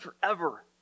forever